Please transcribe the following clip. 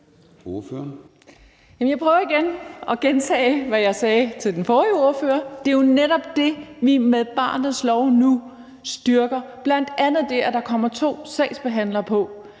jeg prøver at gentage, hvad jeg sagde til den forrige ordfører: Det er jo netop det, vi med barnets lov nu styrker – bl.a. det, at der kommer to sagsbehandlere på.